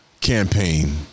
campaign